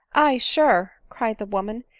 ay sure, cried the woman,